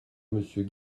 monsieur